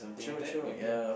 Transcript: true true ya